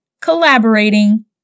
collaborating